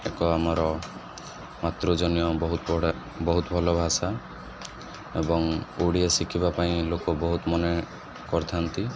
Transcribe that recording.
ଏକ ଆମର ମାତୃଜନୀୟ ବହୁତ ବଢ଼ିଆ ବହୁତ ଭଲ ଭାଷା ଏବଂ ଓଡ଼ିଆ ଶିଖିବା ପାଇଁ ଲୋକ ବହୁତ ମନେ କରିଥାନ୍ତି